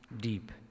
deep